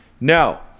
Now